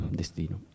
destino